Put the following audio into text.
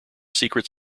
secret